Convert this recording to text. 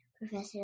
Professor